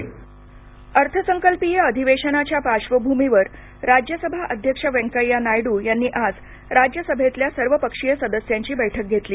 व्यंकय्या नायडू अधिवेशन अर्थसंकल्पीय अधिवेशनाच्या पार्श्वभूमीवर राज्यसभा अध्यक्ष व्यकप्या नायडु यांनी आज राज्यसभेतल्या सर्वपक्षीय सदस्यांची बैठक घेतली